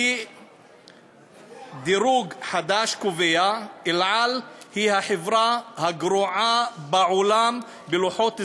כי דירוג חדש קובע: "אל על" היא החברה הגרועה בעולם בלוחות זמנים,